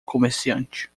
comerciante